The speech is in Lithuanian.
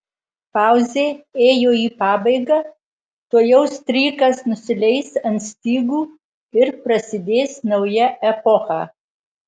pauzė ėjo į pabaigą tuojau strykas nusileis ant stygų ir prasidės nauja epocha